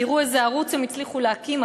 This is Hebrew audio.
תראו איזה ערוץ הם הצליחו להקים,